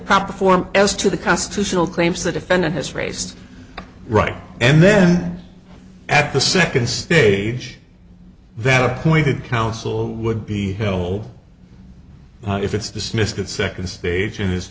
proper form as to the constitutional claims the defendant has raised right and then at the second stage that appointed counsel would be helpful if it's dismissed that second stage